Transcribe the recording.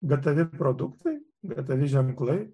gatavi produktai gatavi ženklai